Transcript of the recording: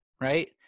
right